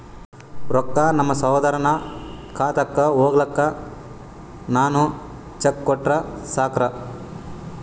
ರೊಕ್ಕ ನಮ್ಮಸಹೋದರನ ಖಾತಕ್ಕ ಹೋಗ್ಲಾಕ್ಕ ನಾನು ಚೆಕ್ ಕೊಟ್ರ ಸಾಕ್ರ?